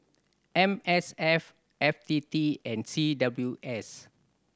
M S F F T T and C W S